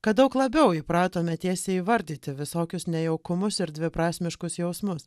kad daug labiau įpratome tiesiai įvardyti visokius nejaukus ir dviprasmiškus jausmus